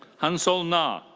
hansol na.